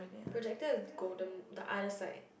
projector is golden the other side